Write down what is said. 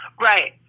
Right